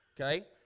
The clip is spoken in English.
Okay